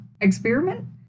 experiment